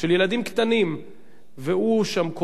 והוא שם קורא לדברים איומים,